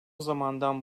zamandan